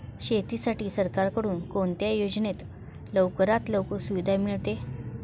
शेतीसाठी सरकारकडून कोणत्या योजनेत लवकरात लवकर सुविधा मिळते?